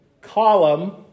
column